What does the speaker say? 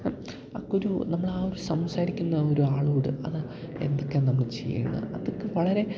അതൊക്കെയൊരു നമ്മള് ആ ഒരു സംസാരിക്കുന്ന ആ ഒരു ആളോട് അത് അത് എന്തൊക്കെയാണ് നമ്മള് ചെയ്യേണ്ടത് അതൊക്കെ വളരെ